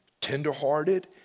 tenderhearted